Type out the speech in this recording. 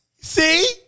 See